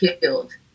killed